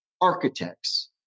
architects